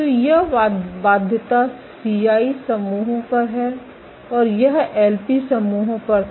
तो यह बाध्यता सीआई समूहों पर है और यह एलपी समूहों पर था